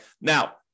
Now